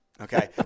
Okay